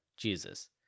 Jesus